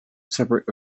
separate